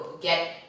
get